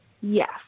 yes